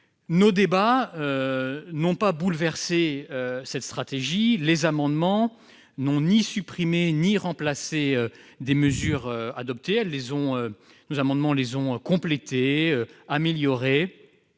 Nos débats n'ont pas bouleversé cette stratégie. Les amendements n'ont ni supprimé ni remplacé des mesures adoptées : ils les ont complétées, améliorées,